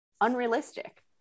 unrealistic